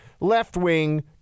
left-wing